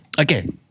Okay